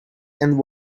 and